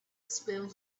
spoon